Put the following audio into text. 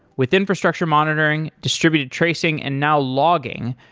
with infrastructure monitoring, distributed tracing, and now logging,